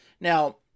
Now